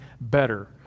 better